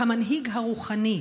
הוא המנהיג הרוחני,